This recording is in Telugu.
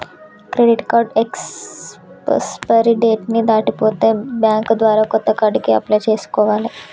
క్రెడిట్ కార్డు ఎక్స్పైరీ డేట్ ని దాటిపోతే బ్యేంకు ద్వారా కొత్త కార్డుకి అప్లై చేసుకోవాలే